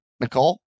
Nicole